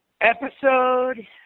Episode